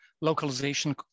localization